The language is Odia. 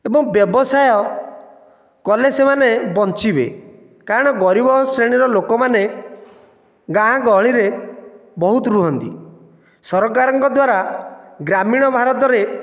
ଏବଂ ବ୍ୟବସାୟ କଲେ ସେମାନେ ବଞ୍ଚିବେ କାରଣ ଗରିବ ଶ୍ରେଣୀର ଲୋକମାନେ ଗାଁ ଗହଳିରେ ବହୁତ ରୁହନ୍ତି ସରକାରଙ୍କ ଦ୍ୱାରା ଗ୍ରାମୀଣ ଭାରତରେ